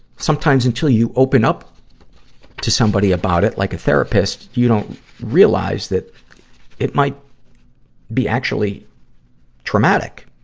sometimes, until you open up to somebody about it, like a therapist, you don't realize that it might be actually traumatic.